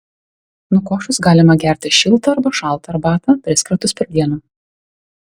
nukošus galima gerti šiltą arba šaltą arbatą tris kartus per dieną